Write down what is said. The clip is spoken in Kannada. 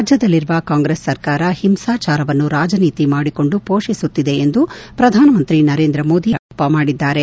ರಾಜ್ಯದಲ್ಲಿರುವ ಕಾಂಗ್ರೆಸ್ ಸರ್ಕಾರ ಹಿಂಸಾಚಾರವನ್ನು ರಾಜನೀತಿ ಮಾಡಿಕೊಂಡು ಪೋಷಿಸುತ್ತಿದೆ ಎಂದು ಪ್ರಧಾನಮಂತ್ರಿ ನರೇಂದ್ರ ಮೋದಿ ಗಂಭೀರ ಆರೋಪ ಮಾಡಿದ್ದಾರೆ